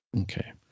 okay